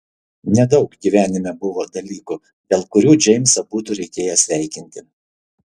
nedaug gyvenime buvo dalykų dėl kurių džeimsą būtų reikėję sveikinti